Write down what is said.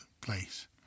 Place